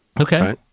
Okay